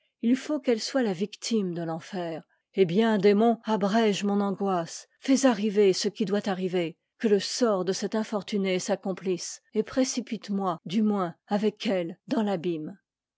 il faut qu'elle soit la victime de l'enfer eh bien démon abrége mon angoisse fais arriver ce qui doit arriver que le sort de cette infor tunée s'accomplisse et précipite moi du moins avec elle dans